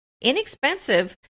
inexpensive